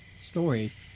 stories